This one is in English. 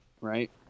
right